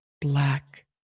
black